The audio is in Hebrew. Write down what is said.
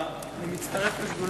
אני מצטרף לשדולה.